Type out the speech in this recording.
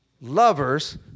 lovers